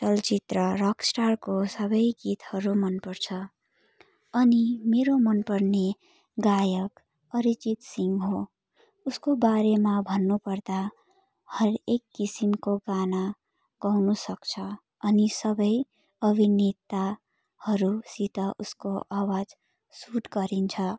चलचित्र रकस्टारको सबै गीतहरू मनपर्छ अनि मेरो मन पर्ने गायक अरिजित सिंह हो उसको बारेमा भन्नुपर्दा हरेक किसिमको गाना गाउनुसक्छ अनि सबै अभिनेताहरूसित उसको अवाज सुट गरिन्छ